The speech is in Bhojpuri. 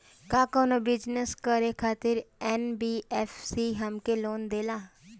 का कौनो बिजनस करे खातिर एन.बी.एफ.सी हमके लोन देला?